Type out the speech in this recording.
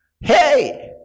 Hey